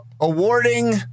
awarding